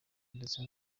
ndetse